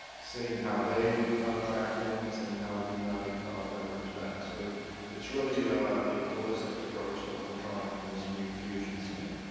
seeing how they track things and how we might leverage that. so it's really a holistic approach that we're trying in this new fusion center.